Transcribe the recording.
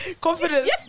Confidence